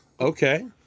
Okay